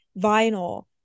vinyl